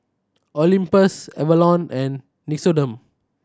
Olympus Avalon and Nixoderm